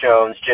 Jones